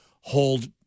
hold